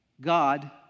God